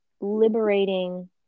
liberating